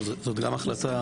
טוב זו גם החלטה,